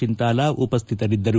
ಚಿಂತಾಲಾ ಉಪಸ್ಥಿತರಿದ್ದರು